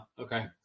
Okay